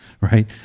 right